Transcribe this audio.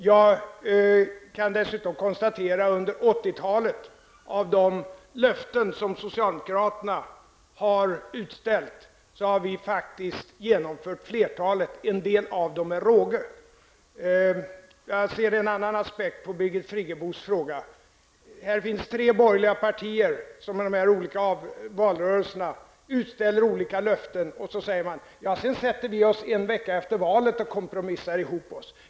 Jag kan dessutom konstatera att under 1980-talet har socialdemokraterna genomfört flertalet av de löften som utställts, en del med råge. Jag ser en annan aspekt på Birgit Friggebos fråga. Här finns tre borgerliga partier som i valrörelserna utställer olika löften och säger: Sedan sätter vi oss en vecka efter valet och kompromissar ihop oss.